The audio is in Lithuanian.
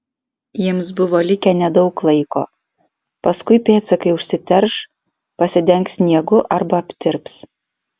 jiems buvo likę nedaug laiko paskui pėdsakai užsiterš pasidengs sniegu arba aptirps